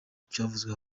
cyavuzwe